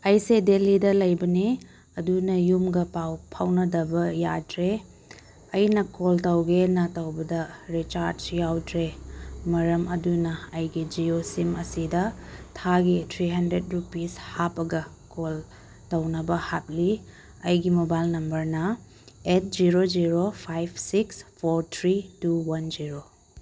ꯑꯩꯁꯦ ꯗꯦꯜꯂꯤꯗ ꯂꯩꯕꯅꯤ ꯑꯗꯨꯅ ꯌꯨꯝꯒ ꯄꯥꯎ ꯐꯥꯎꯅꯗꯕ ꯌꯥꯗ꯭ꯔꯦ ꯑꯩꯅ ꯀꯣꯜ ꯇꯧꯒꯦꯅ ꯇꯧꯕꯗ ꯔꯤꯆꯥꯔꯖ ꯌꯥꯎꯗ꯭ꯔꯦ ꯃꯔꯝ ꯑꯗꯨꯅ ꯑꯩꯒꯤ ꯖꯤꯑꯣ ꯁꯤꯝ ꯑꯁꯤꯗ ꯊꯥꯒꯤ ꯊ꯭ꯔꯤ ꯍꯟꯗ꯭ꯔꯦꯠ ꯔꯨꯄꯤꯁ ꯍꯥꯞꯄꯒ ꯀꯣꯜ ꯇꯧꯅꯕ ꯍꯥꯞꯂꯤ ꯑꯩꯒꯤ ꯃꯣꯕꯥꯏꯜ ꯅꯝꯕꯔꯅ eight zero zero five six four three two one zero